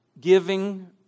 giving